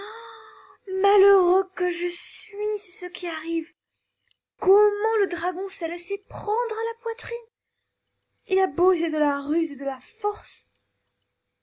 malheureux que je suis c'est ce qui arrive comment le dragon s'est laissé prendre à la poitrine il a beau user de la ruse et de la force